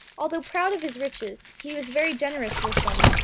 although proud of his riches, he was very generous with them,